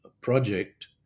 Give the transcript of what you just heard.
project